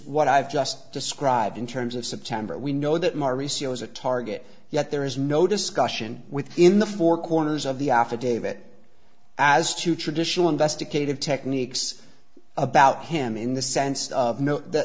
what i've just described in terms of september we know that more recent was a target yet there is no discussion within the four corners of the affidavit as to traditional investigative techniques about him in the sense of th